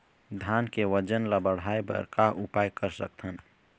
धान के वजन ला बढ़ाएं बर का उपाय कर सकथन?